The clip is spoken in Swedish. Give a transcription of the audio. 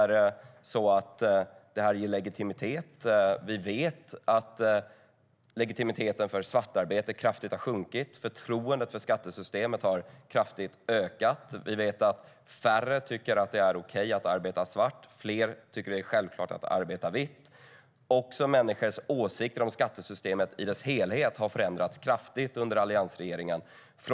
RUT-avdraget ger legitimitet. Vi vet att legitimiteten för svartarbete kraftigt har sjunkit och att förtroendet för skattesystemet kraftigt har ökat. Vi vet att färre tycker att det är okej att arbeta svart och fler tycker att det är självklart att arbeta vitt. Också människors åsikter om skattesystemet i dess helhet har förändrats kraftigt under alliansregeringen.